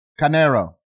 Canero